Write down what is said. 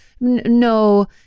no